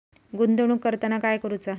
गुंतवणूक करताना काय करुचा?